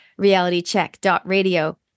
realitycheck.radio